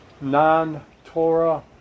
non-Torah